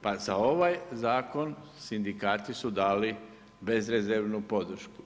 Pa za ovaj zakon sindikati su dali bezrezervnu podršku.